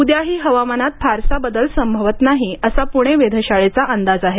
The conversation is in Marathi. उद्याही हवामानात फारसा बदल संभवत नाही असा पुणे वेधशाळेचा अंदाज आहे